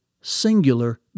singular